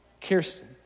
Kirsten